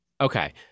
Okay